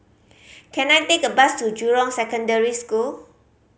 can I take a bus to Jurong Secondary School